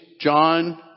John